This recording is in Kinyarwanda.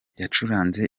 yacuranze